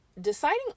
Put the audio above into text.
Deciding